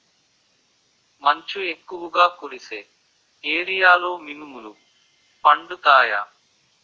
మంచు ఎక్కువుగా కురిసే ఏరియాలో మినుములు పండుతాయా?